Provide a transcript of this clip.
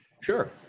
Sure